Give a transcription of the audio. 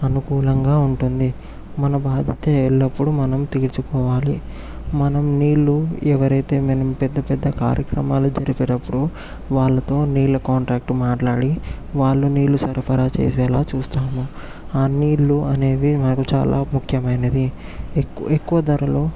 అనుకూలంగా ఉంటుంది మన బాధ్యత ఎల్లప్పుడూ మనం తీర్చుకోవాలి మనం నీళ్లు ఎవరైతే పెద్ద పెద్ద కార్యక్రమాలు జరిపేటప్పుడు వాళ్ళతో నీల కాంట్రాక్టు మాట్లాడి వాళ్ళు నీళ్లు సరఫరా చేసేలా చూస్తాము ఆ నీళ్లు అనేవి మనకి చాలా ముఖ్యమైనది ఎక్ ఎక్కువ ధరలో